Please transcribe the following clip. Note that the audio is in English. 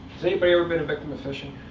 anybody ever been a victim of phishing?